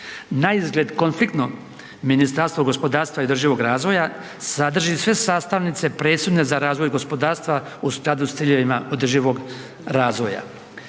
Naizgled konfliktno Ministarstvo gospodarstava i održivog razvoja sadrži sve sastavnice presudne za razvoj gospodarstva u skladu s ciljevima održivog razvoja.